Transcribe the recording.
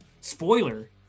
spoiler –